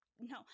No